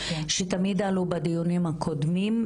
שתמיד עלו בדיונים הקודמים,